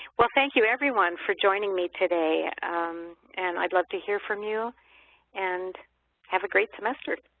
well, thank you everyone for joining me today and i'd love to hear from you and have a great semester.